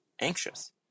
anxious